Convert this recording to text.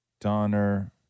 Donner